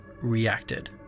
reacted